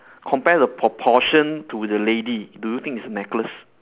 compare the proportion to the lady do you think it's a necklace